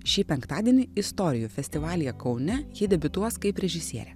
šį penktadienį istorijų festivalyje kaune ji debiutuos kaip režisierė